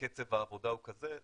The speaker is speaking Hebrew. כשקצב העבודה הוא כזה,